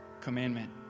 commandment